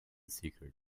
secret